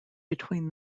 between